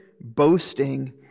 boasting